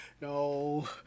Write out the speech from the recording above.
No